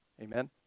Amen